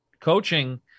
coaching